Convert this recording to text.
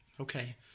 Okay